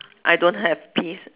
I don't have peas